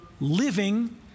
living